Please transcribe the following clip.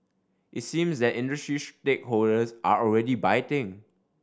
it seems that industry stakeholders are already biting